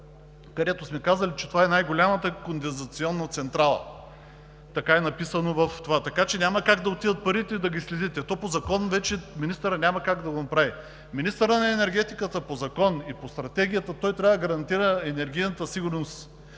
където сме казали, че това е най-голямата кондензационна централа – така е написано. Така че няма как да отидат парите и да ги следите. То по закон вече министърът няма как да го направи. Министърът на енергетиката по Закона и по Стратегията трябва да гарантира енергийната сигурност.